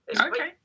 Okay